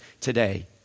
today